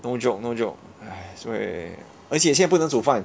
no joke no joke 所以而且现在不能煮饭